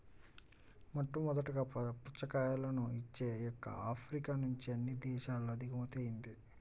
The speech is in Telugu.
మొట్టమొదటగా పుచ్చకాయలను ఇచ్చే మొక్క ఆఫ్రికా నుంచి అన్ని దేశాలకు దిగుమతి అయ్యింది